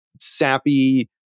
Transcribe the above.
sappy